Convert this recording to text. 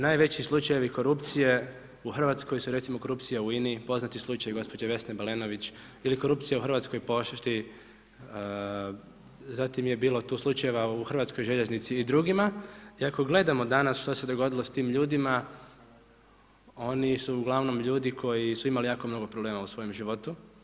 Najveći slučajevi korupcije u Hrvatskoj su recimo korupcije u INA-i, poznati slučaj gospođe Vesne Balenović ili korupcija u Hrvatskoj pošti, zatim je tu bilo slučajeva u HŽ-i i drugima i ako gledamo danas šta se dogodilo s tim ljudima, oni su uglavnom ljudi koji su imali jako mnogo problema u svojem životu.